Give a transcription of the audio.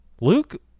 Luke